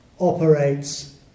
operates